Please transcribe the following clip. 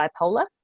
bipolar